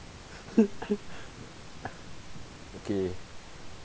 okay